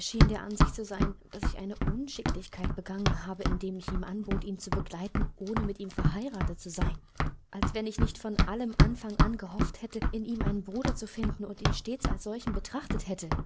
schien der ansicht zu sein daß ich eine unschicklichkeit begangen habe indem ich ihm anbot ihn zu begleiten ohne mit ihm verheiratet zu sein als wenn ich nicht von allem anfang an gehofft hätte in ihm einen bruder zu finden und ihn stets als solchen betrachtet hätte